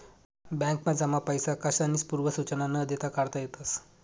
बॅकमा जमा पैसा कसानीच पूर्व सुचना न देता काढता येतस